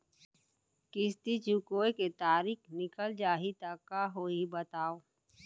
किस्ती चुकोय के तारीक निकल जाही त का होही बताव?